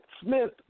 Smith